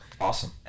Awesome